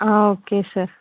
okay sir